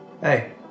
hey